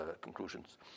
conclusions